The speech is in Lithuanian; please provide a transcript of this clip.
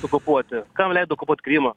okupuoti kam leido okupuot krymą